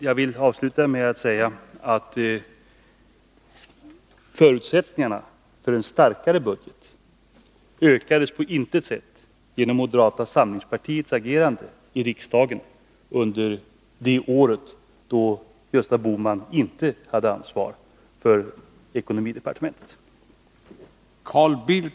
Jag vill avsluta med att säga att förutsättningarna för en starkare budget på intet sätt ökades genom moderata samlingspartiets agerande i riksdagen under det år då Gösta Bohman inte hade ansvaret för ekonomidepartementet.